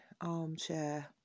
armchair